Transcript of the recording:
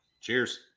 Cheers